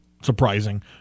surprising